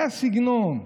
זה הסגנון.